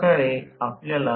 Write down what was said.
हे प्रथम आहे